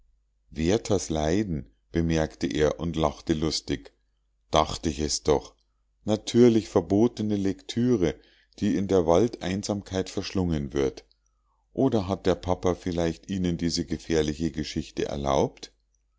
werthers leiden bemerkte er und lachte lustig dacht ich es doch natürlich verbotene lektüre die in der waldeinsamkeit verschlungen wird oder hat der herr papa vielleicht ihnen diese gefährliche geschichte erlaubt